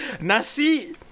Nasi